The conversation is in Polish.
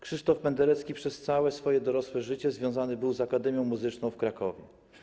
Krzysztof Penderecki przez całe swoje dorosłe życie związany był z Akademią Muzyczną w Krakowie.